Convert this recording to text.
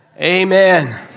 Amen